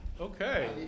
Okay